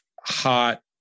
hot